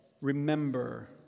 Remember